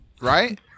right